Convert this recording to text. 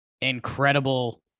incredible